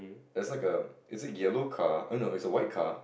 there's like a is a yellow car oh no it's a white car